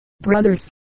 Brothers